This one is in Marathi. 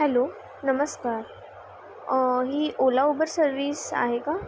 हॅलो नमस्कार ही ओला उबर सर्व्हिस आहे का